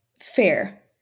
fair